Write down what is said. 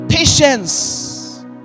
patience